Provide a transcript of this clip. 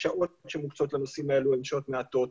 השעות שמוקצות לנושאים האלה הן שעות מעטות,